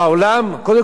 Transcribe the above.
קודם כול מול עצמנו.